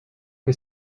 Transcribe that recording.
que